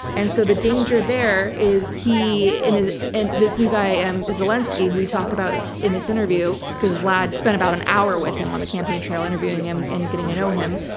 and so the danger there is he ah and this new guy and zalinsky, who we talk about in this interview, because vlad spent about an hour with him on the campaign trail interviewing him and getting to know him,